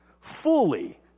fully